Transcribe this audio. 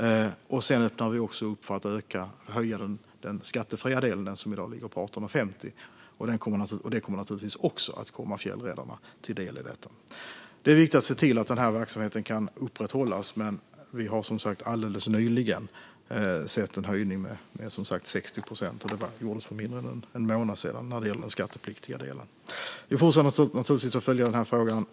Vi öppnar också för att höja den skattefria delen, som i dag ligger på 18,50. Det kommer naturligtvis också att komma fjällräddarna till del. Det är viktigt att se till att den här verksamheten kan upprätthållas. Men vi har som sagt alldeles nyligen sett en höjning med 60 procent när det gäller den skattepliktiga delen, och det skedde för mindre än en månad sedan. Vi fortsätter naturligtvis att följa den här frågan.